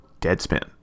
Deadspin